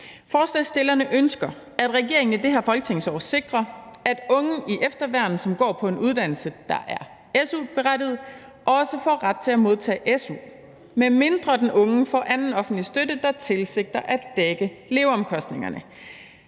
Forslagsstillerne ønsker, at regeringen i det her folketingsår sikrer, at unge i efterværn, som går på en uddannelse, der er su-berettiget, også får ret til at modtage su, medmindre den unge får anden offentlig støtte, der tilsigter at dække leveomkostningerne.